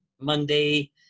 Monday